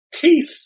Keith